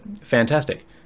Fantastic